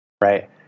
Right